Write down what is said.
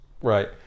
Right